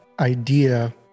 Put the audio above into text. idea